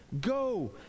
go